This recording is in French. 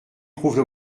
prouve